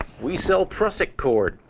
we sell prusik cord.